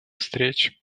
встреч